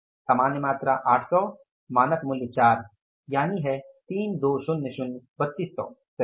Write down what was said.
सामान्य मात्रा 800 मानक मूल्य 4 यानि यह है 3200 सही है